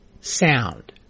sound